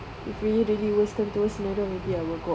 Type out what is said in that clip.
if really worst comes to worst then maybe I will go off